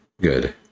good